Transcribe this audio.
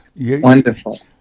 Wonderful